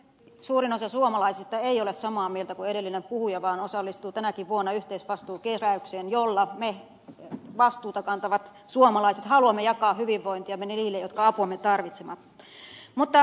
suurin osa suomalaisista ei ole samaa mieltä kuin edellinen puhuja vaan osallistuu tänäkin vuonna yhteisvastuukeräykseen jolla me vastuuta kantavat suomalaiset haluamme jakaa hyvinvointiamme niille jotka apuamme tarvitsevat